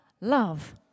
love